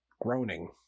groaning